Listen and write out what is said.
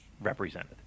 represented